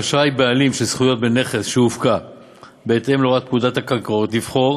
רשאי בעלים של זכויות בנכס שהופקע בהתאם להוראות פקודת הקרקעות לבחור